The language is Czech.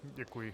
Děkuji.